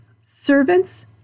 Servants